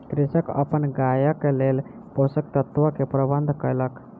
कृषक अपन गायक लेल पोषक तत्व के प्रबंध कयलक